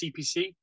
CPC